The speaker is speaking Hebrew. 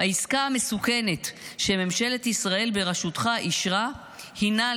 "העסקה המסוכנת שממשלת ישראל בראשותך אישרה הינה,